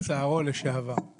לצערו לשעבר.